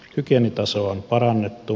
hygieniatasoa on parannettu